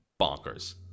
bonkers